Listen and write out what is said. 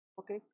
okay